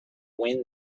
wind